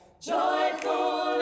Joyful